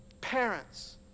Parents